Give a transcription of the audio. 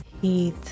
heat